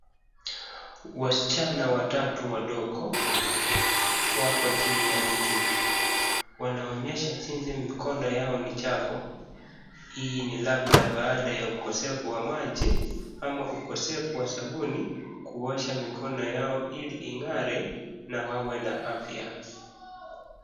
Wasichana watatu wadogo wapo chini ya mti wanaonyesha jinsi mikono yao ni chafu. Hii ni labda baada ya ukosefu wa maji ama ukosefu wa sabuni kuosha mikono yao ili ing'are na wawe na afya.